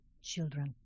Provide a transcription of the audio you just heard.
Children